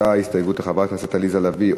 הייתה הסתייגות לחברת הכנסת עליזה לביא,